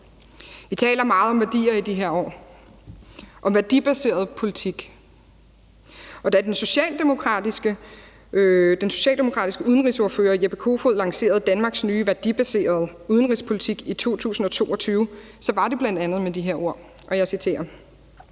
Vi taler meget om værdier i de her år, om værdibaseret politik, og da den socialdemokratiske udenrigsordfører Jeppe Kofod lancerede Danmarks nye værdibaserede udenrigspolitik i 2022 var det bl.a. med de her ord, og jeg citerer: